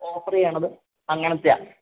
offer ചെയ്യുന്നത് അങ്ങനത്തെയാണ്